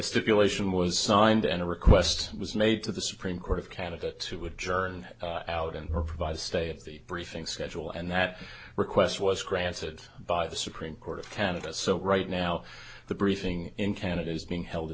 stipulation was signed and a request was made to the supreme court of candidates who would journey out and or provide a stay of the briefing schedule and that request was granted by the supreme court of canada so right now the briefing in canada is being held in